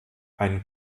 einen